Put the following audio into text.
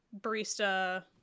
barista